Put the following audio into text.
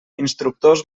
instructors